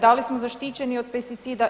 Da li smo zaštićeni od pesticida?